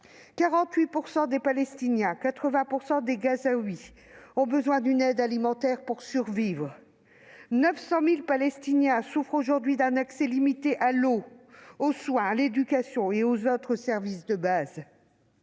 48 % des Palestiniens et 80 % des Gazaouis ont besoin d'une aide alimentaire pour survivre ; 900 000 Palestiniens souffrent d'un accès limité à l'eau, aux soins, à l'éducation et aux autres services de base.